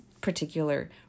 particular